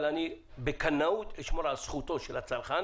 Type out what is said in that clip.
אבל אני בקנאות אשמור על זכותו של הצרכן